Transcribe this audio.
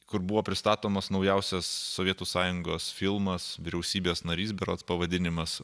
kur buvo pristatomas naujausias sovietų sąjungos filmas vyriausybės narys berods pavadinimas